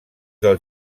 del